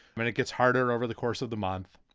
and it gets harder over the course of the month.